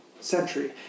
century